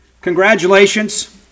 Congratulations